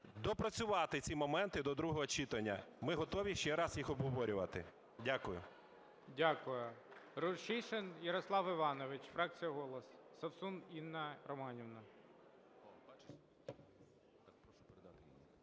допрацювати ці моменти до другого читання. Ми готові ще раз їх обговорювати. Дякую. ГОЛОВУЮЧИЙ. Дякую. Рущишин Ярослав Іванович, фракція "Голос". Совсун Інна Романівна.